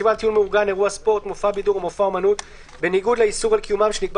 מופע בידור או מופע אומנות בניגוד לאיסור על קיומם שנקבע